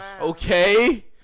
Okay